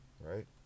Right